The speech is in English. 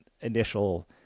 initial